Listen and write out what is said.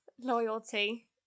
loyalty